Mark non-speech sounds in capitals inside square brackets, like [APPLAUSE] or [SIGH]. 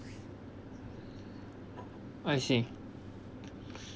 I see [BREATH]